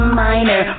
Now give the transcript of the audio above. minor